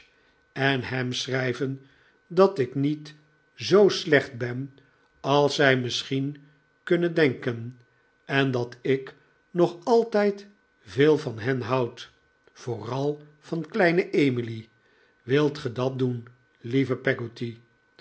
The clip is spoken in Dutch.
en ham schrijven dat ik niet zoo slecht ben als zij misschien kunnen denken en dat ik nog altijd veel van hen houd vooral van kleine emily wilt ge dat doen lieve